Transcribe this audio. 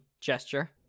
gesture